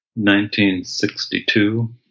1962